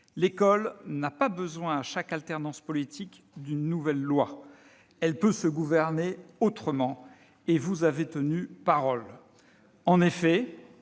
L'école n'a pas besoin, à chaque alternance politique, d'une nouvelle loi. Elle peut se gouverner autrement. » Vous avez tenu parole.